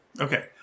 Okay